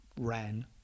ran